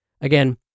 Again